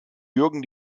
jürgen